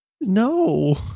No